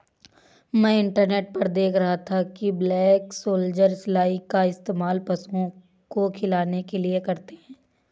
मैं इंटरनेट पर देख रहा था कि ब्लैक सोल्जर सिलाई का इस्तेमाल पशुओं को खिलाने के लिए करते हैं